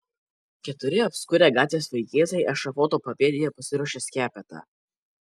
keturi apskurę gatvės vaikėzai ešafoto papėdėje pasiruošė skepetą